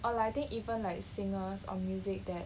or like I think even like singers or music that